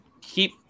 keep